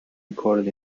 recorded